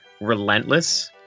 relentless